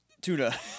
Tuna